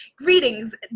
Greetings